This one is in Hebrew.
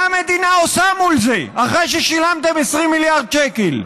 מה המדינה עושה מול זה אחרי ששילמתם 20 מיליארד שקל?